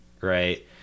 Right